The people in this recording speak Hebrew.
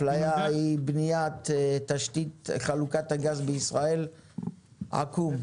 אפליה היא בניית תשתית חלוקת הגז בישראל, עקום.